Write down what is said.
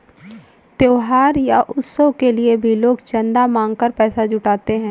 त्योहार या उत्सव के लिए भी लोग चंदा मांग कर पैसा जुटाते हैं